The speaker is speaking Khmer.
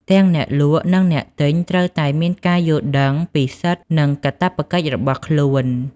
ទាំងអ្នកលក់និងអ្នកទិញត្រូវតែមានការយល់ដឹងពីសិទ្ធិនិងកាតព្វកិច្ចរបស់ខ្លួន។